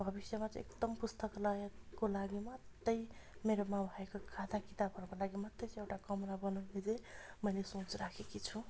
भविष्यमा चाहिँ एकदम पुस्तकालयको लागि मात्रै मेरोमा भएको खाता किताबहरूको लागि मात्रै चाहिँ एउटा कमरा बनाउने चाहिँ मैले सोच राखेकी छु